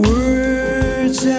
Words